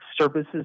services